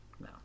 No